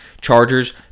Chargers